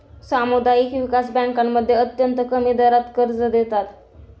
सामुदायिक विकास बँकांमध्ये अत्यंत कमी दरात कर्ज देतात